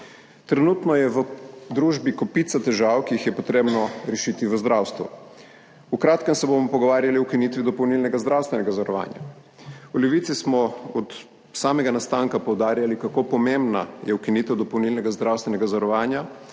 Trenutno je v družbi kopica težav, ki jih je potrebno rešiti v zdravstvu. V kratkem se bomo pogovarjali o ukinitvi dopolnilnega zdravstvenega zavarovanja. V Levici smo od samega nastanka poudarjali kako pomembna je ukinitev dopolnilnega zdravstvenega zavarovanja,